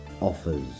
Offers